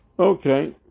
Okay